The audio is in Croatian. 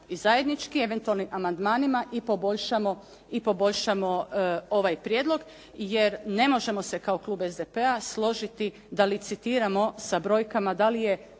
i zajednički, eventualnim amandmanima i poboljšamo ovaj prijedlog. Jer ne možemo se kao Klub SDP-a složiti da licitiramo sa brojkama da li je